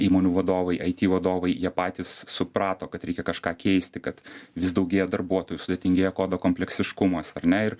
įmonių vadovai it vadovai jie patys suprato kad reikia kažką keisti kad vis daugėja darbuotojų sudėtingėja kodo kompleksiškumas ar ne ir